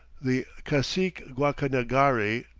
the cacique guacanagari,